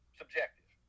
subjective